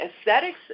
Aesthetics